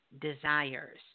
desires